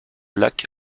lac